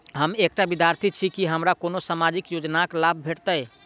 हम एकटा विद्यार्थी छी, की हमरा कोनो सामाजिक योजनाक लाभ भेटतय?